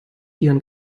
ihren